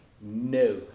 no